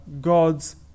God's